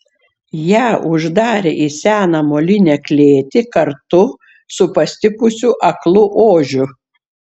ją uždarė į seną molinę klėtį kartu su pastipusiu aklu ožiu